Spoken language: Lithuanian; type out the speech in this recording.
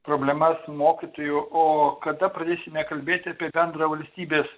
problemas mokytojų o kada pradėsime kalbėti apie bendrą valstybės